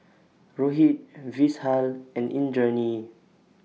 Rohit Vishal and Indranee